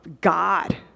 God